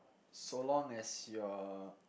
so long as you are